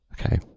okay